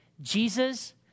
Jesus